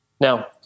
Now